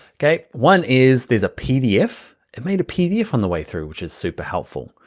okay? one is there's a pdf? it made a pdf on the way through, which is super helpful.